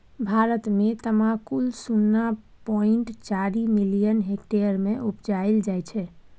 भारत मे तमाकुल शुन्ना पॉइंट चारि मिलियन हेक्टेयर मे उपजाएल जाइ छै